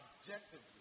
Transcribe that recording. objectively